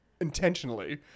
intentionally